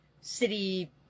city